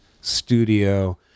studio